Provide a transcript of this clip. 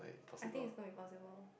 I think is so impossible